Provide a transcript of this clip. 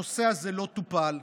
הנושא הזה לא טופל,